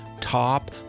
top